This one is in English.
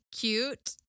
cute